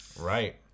Right